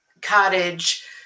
cottage